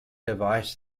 device